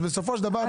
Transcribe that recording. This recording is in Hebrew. בסופו של דבר,